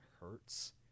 hurts